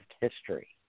history